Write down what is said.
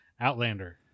Outlander